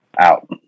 Out